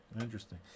interesting